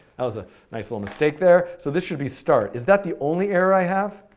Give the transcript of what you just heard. that was a nice little mistake there. so this should be start. is that the only error i have?